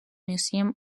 museum